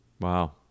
Wow